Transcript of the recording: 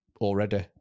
already